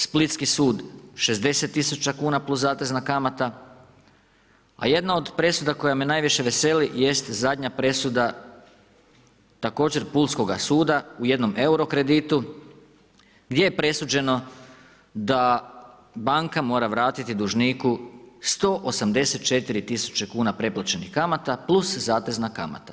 Splitski sud, 60000 kuna plus zatezna kamata, a jedna od presuda koja me najviše veseli, jest zadnja presuda također pulskoga suda u jednom euro kreditu, gdje je presuđeno, da banka mora vratiti dužniku 184000 kuna pretplaćenih kamata, plus zatezna kamata.